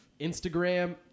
Instagram